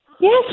yes